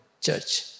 church